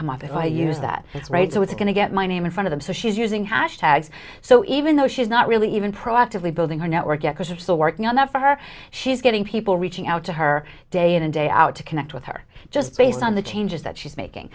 come up if i use that it's right so it's going to get my name in front of him so she's using hash tags so even though she's not really even proactively building her network anchors are still working on that for her she's getting people reaching out to her day in and day out to connect with her just based on the changes that she's making